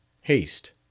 Haste